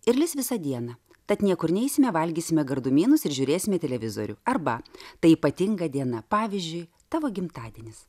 ir lis visą dieną tad niekur neisime valgysime gardumynus ir žiūrėsime televizorių arba tai ypatinga diena pavyzdžiui tavo gimtadienis